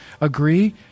agree